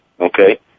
Okay